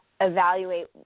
evaluate